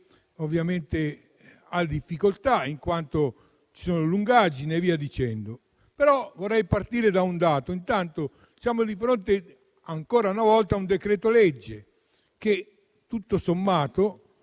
soffre e ha difficoltà, in quanto ci sono lungaggini e via dicendo. Vorrei però partire da un dato: intanto, siamo di fronte ancora una volta a un decreto-legge che, tutto sommato,